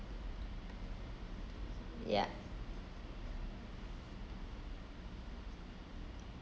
ya